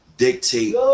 Dictate